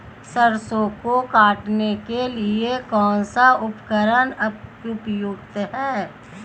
सरसों को काटने के लिये कौन सा उपकरण उपयुक्त है?